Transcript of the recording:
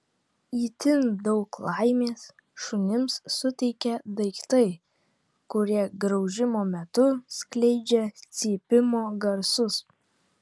itin daug laimės šunims suteikia daiktai kurie graužimo metu skleidžia cypimo garsus